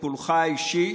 לטיפולך האישי,